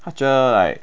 picture like